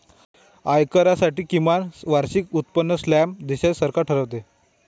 आयकरासाठी किमान वार्षिक उत्पन्न स्लॅब देशाचे सरकार ठरवते